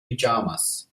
pyjamas